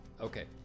okay